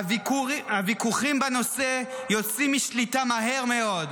הוויכוחים בנושא יוצאים משליטה מהר מאוד.